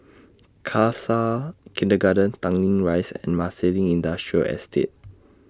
Khalsa Kindergarten Tanglin Rise and Marsiling Industrial Estate